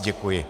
Děkuji.